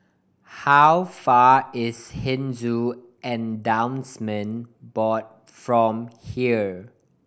how far is Hindu Endowment Board from here